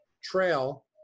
Trail